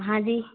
हाँ जी